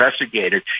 investigated